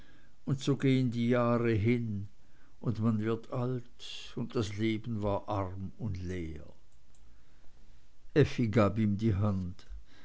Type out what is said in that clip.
und so gehen die jahre hin und man wird alt und das leben war arm und leer effi gab ihm die hand